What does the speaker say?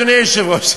אדוני היושב-ראש,